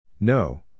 No